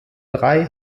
drei